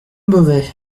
beauvais